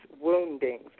woundings